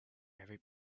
every